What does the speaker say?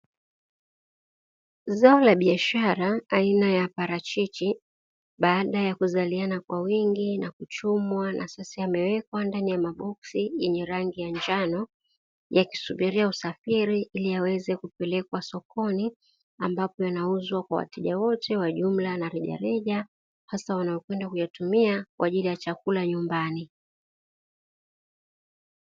Zao la biashara aina ya parachichi, baada ya kuzaliana kwa wingi na kuchumwa na sasa yamewekwa ndani ya maboksi yenye rangi ya njano, yakisubiria usafiri ili yaweze kupelekwa sokoni ambapo yanauzwa kwa wateja wote wa jumla na rejareja; hasa wanaokwenda kuyatumia kwa ajili ya chakula nyumbani.